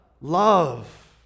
Love